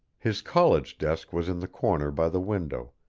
his college desk was in the corner by the window,